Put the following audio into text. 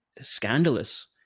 scandalous